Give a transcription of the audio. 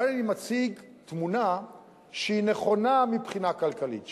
כאן אני מציג תמונה שהיא נכונה מבחינה כלכלית,